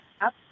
up